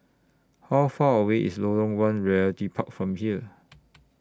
How Far away IS Lorong one Realty Park from here